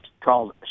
called